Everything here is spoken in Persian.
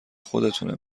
خودتونه